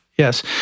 Yes